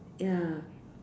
ya